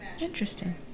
Interesting